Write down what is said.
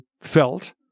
felt